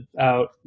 out